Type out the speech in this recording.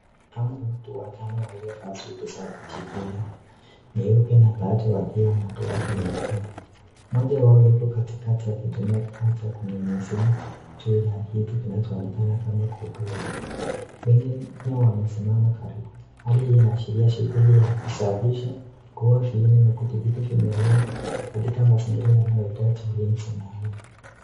Hawa ni watu watano walivaa suti za kujikinga. Nyeupe na bati wakiwa na glavu nyekundu. Mmoja wao yuko katikati akitumia kifaa cha kunyunyiziia juu ya kitu kinachoonekana kama guduru. Wengine wamesimama karibu. Hali hii inaashiria shughuli ya kusafisha kuua viini na kuthibitisha vimelea katika mazingira yanayohitaji ulinzi maalum.